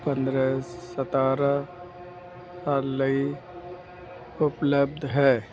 ਪੰਦਰ੍ਹਾਂ ਸਤਾਰ੍ਹਾਂ ਲਈ ਉਪਲੱਬਧ ਹੈ